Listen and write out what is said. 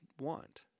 want